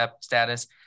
status